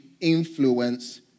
influence